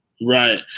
Right